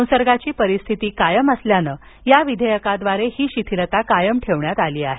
संसर्गाची परिस्थिती कायम असल्यानं या विधेयकाद्वारे ही शिथिलता कायम ठेवण्यात आली आहे